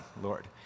Lord